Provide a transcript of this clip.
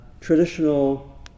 traditional